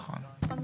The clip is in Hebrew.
נכון.